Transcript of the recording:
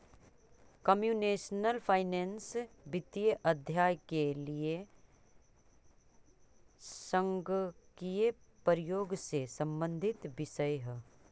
computational finance वित्तीय अध्ययन के लिए संगणकीय प्रयोग से संबंधित विषय है